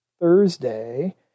Thursday